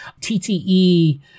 TTE